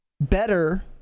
better